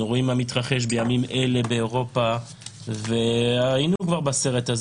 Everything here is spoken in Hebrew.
אנחנו רואים מה מתרחש בימים אלה באירופה והיינו בסרט הזה